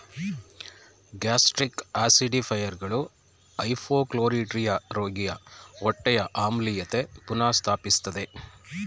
gastric ಆಸಿಡಿಫೈಯರ್ಗಳು hypochlorhydria ರೋಗಿಯ ಹೊಟ್ಟೆಯ ಆಮ್ಲೀಯತೆ ಪುನಃ ಸ್ಥಾಪಿಸ್ತದೆ